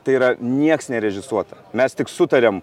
tai yra nieks nerežisuota mes tik sutariam